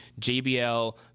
JBL